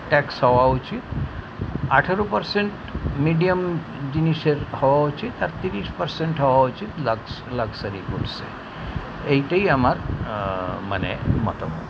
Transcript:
tax হওয়া উচিত আঠেরো পার্সেন্ট মিডিয়াম জিনিসের হওয়া উচিত আর তিরিশ পার্সেন্ট হওয়া উচিত লাক্স লাক্সারি গুডসের এইটাই আমার মানে মতামত